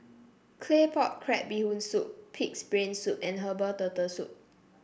Claypot Crab Bee Hoon Soup pig's brain soup and Herbal Turtle Soup